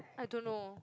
I don't know